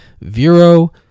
Vero